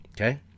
okay